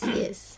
yes